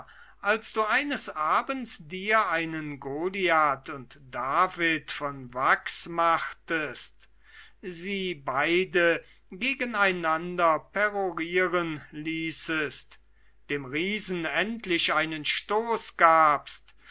als du eines abends dir einen goliath und david von wachs machtest sie beide gegeneinander perorieren ließest dem riesen endlich einen stoß gabst